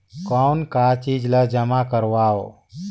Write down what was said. कौन का चीज ला जमा करवाओ?